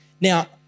Now